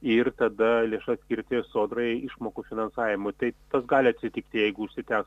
ir tada lėšas skirti sodrai išmokų finansavimui tai tas gali atsitikti jeigu užsitęs